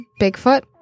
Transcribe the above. Bigfoot